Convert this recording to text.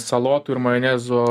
salotų ir majonezo